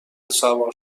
سوار